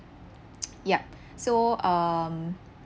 yup so um